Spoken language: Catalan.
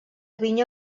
vinya